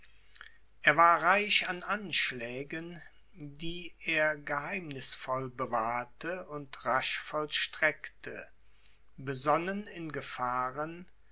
er war reich an anschlägen die er geheimnisvoll bewahrte und rasch vollstreckte besonnen in gefahren